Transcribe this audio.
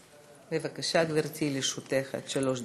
בבקשה, גברתי, לרשותך עד חמש דקות.